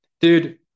dude